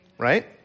Right